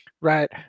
right